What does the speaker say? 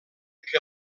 que